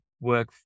work